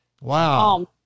Wow